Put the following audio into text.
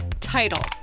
Title